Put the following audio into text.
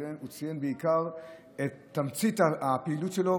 הוא ציין בעיקר את תמצית הפעילות שלו,